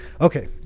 Okay